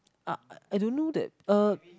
uh I don't know that uh